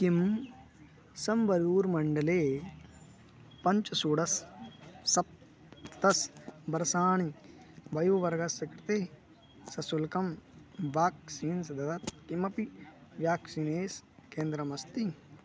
किं सम्बरूर् मण्डले पञ्च षोडश सप्तस् वर्षाणि वयोवर्गस्य कृते सशुल्कं बाक्सीन्स् ददत् किमपि व्याक्सिनेस् केन्द्रमस्ति